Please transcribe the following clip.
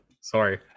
Sorry